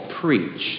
preach